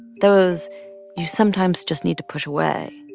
those you sometimes just need to push away.